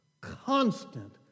constant